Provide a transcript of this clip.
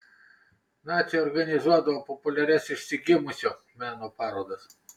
naciai organizuodavo populiarias išsigimusio meno parodas